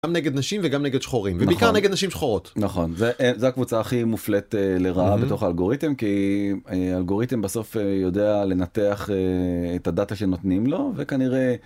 גם נגד נשים וגם נגד שחורים. ובעיקר נגד נשים שחורות. נכון. זה הקבוצה הכי מופלית לרעה בתוך האלגוריתם, כי אלגוריתם בסוף יודע לנתח את הדאטה שנותנים לו, וכנראה...